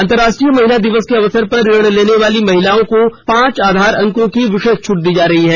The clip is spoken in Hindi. अंतर्राष्ट्रीय महिला दिवस के अवसर पर ऋण लेने वाली महिलाओं को पांच आधार अंकों की विशेष छूट दी जा रही है